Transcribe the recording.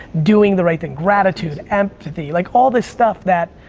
doing the right thing, gratitude, empathy, like all this stuff that,